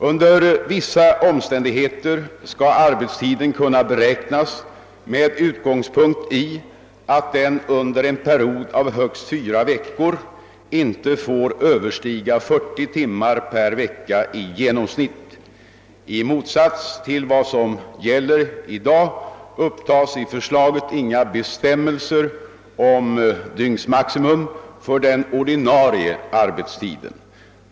Under vissa omständigheter skall arbetstiden kunna beräknas med ugtångspunkt i att den under en period av högst fyra veckor inte får överstiga 40 timmar per vecka i genomsnitt. I motsats till vad som gäller i dag upptas i förslaget inga bestämmelser om dygnsmaximum för den ordinarie arbetstiden.